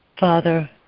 Father